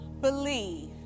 believe